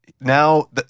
now